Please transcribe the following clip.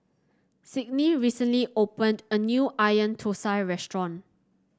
Signe recently opened a new Onion Thosai Restaurant